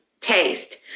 taste